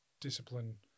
discipline